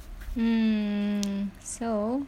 hmm so